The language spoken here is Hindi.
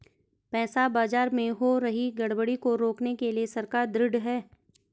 पैसा बाजार में हो रही गड़बड़ी को रोकने के लिए सरकार ढृढ़ है